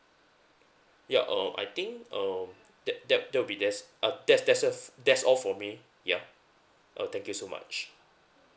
ya uh I think um that that that'll be that's uh that's that's of that's all for me yeah uh thank you so much